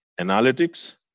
analytics